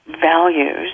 values